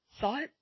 thought